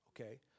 okay